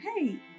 hey